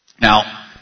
Now